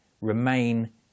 Remain